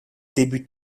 débute